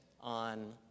on